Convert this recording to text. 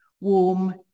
warm